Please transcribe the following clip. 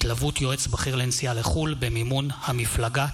התלוות יועץ בכיר לנסיעה לחו"ל במימון המפלגה.